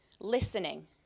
listening